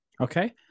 okay